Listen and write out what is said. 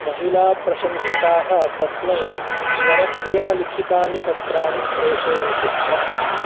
महिलाप्रशंसकाः तस्मै स्वरक्तेन लिखितानि पत्राणि प्रेषयन्ति स्म